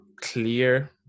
clear